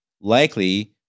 likely